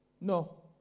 no